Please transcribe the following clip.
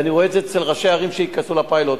ואני רואה את זה אצל ראשי ערים שייכנסו לפיילוט.